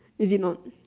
is it not